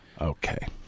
Okay